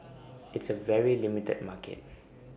it's A very limited market